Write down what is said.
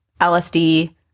LSD